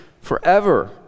forever